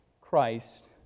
Christ